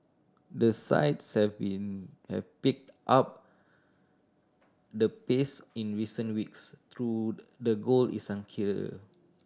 the sides have been have picked up the pace in recent weeks through the goal is unclear